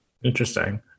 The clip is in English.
Interesting